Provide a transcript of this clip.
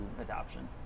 adoption